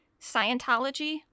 Scientology